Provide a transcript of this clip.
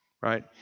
right